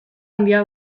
handia